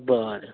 बरें